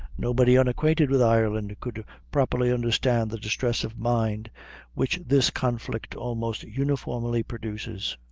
nobody unacquainted with ireland could properly understand the distress of mind which this conflict almost uniformly produces.